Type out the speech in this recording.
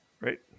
Right